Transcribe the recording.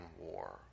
war